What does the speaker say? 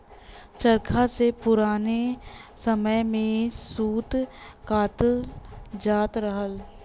चरखा से पुराने समय में सूत कातल जात रहल